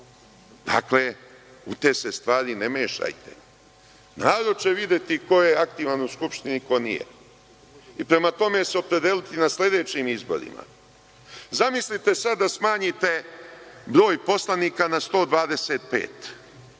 Dakle, u te se stvari ne mešajte. Narod će videti ko je aktivan u skupštini, a ko nije i prema tome se opredeliti na sledećim izborima. Zamislite sada da smanjite broj poslanika na 125